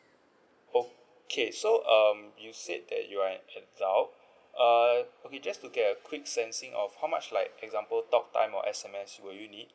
okay so um you said that you are an adult uh okay just to get a quick sensing of how much like example talk time or S_M_S will you need